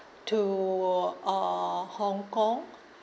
to uh hong kong